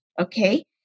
okay